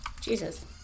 Jesus